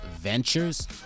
ventures